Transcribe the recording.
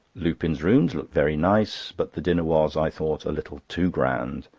lupin's rooms looked very nice but the dinner was, i thought, a little too grand,